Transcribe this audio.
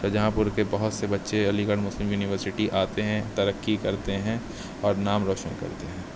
شاہجہاں پور کے بہت سے بچے علی گڑھ مسلم یونیورسٹی آتے ہیں ترقی کرتے ہیں اور نام روشن کرتے ہیں